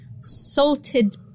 salted